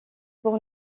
pour